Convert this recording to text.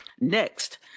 Next